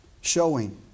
showing